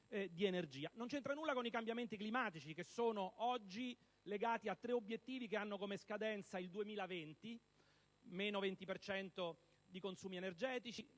non c'entra nulla con i cambiamenti climatici, che sono oggi legati a tre obiettivi che hanno come scadenza il 2020; meno 20 per cento di consumi energetici,